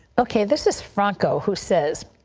okay. this is franco who says,